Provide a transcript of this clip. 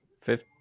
Fifth